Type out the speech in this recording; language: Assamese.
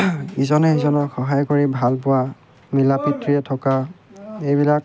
ইজনে সিজনক সহায় কৰি ভাল পোৱা মিলাপ্ৰীতিৰে থকা এইবিলাক